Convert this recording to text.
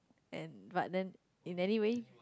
and but then in anyway